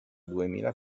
duemila